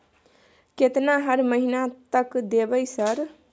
केतना हर महीना तक देबय सर?